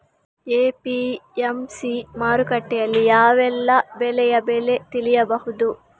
APMC ಮಾರುಕಟ್ಟೆಯಲ್ಲಿ ಯಾವೆಲ್ಲಾ ಬೆಳೆಯ ಬೆಲೆ ತಿಳಿಬಹುದು?